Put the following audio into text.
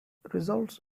results